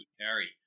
Harry